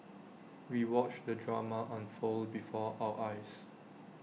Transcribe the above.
we watched the drama unfold before our eyes